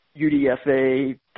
UDFA